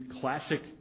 classic